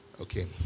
Okay